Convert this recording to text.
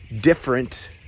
different